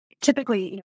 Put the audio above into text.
Typically